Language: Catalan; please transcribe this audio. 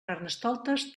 carnestoltes